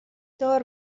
دار